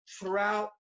throughout